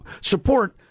support